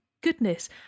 goodness